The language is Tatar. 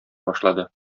башлады